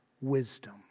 wisdom